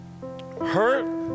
Hurt